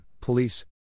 Police